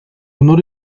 honor